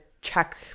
check